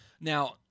Now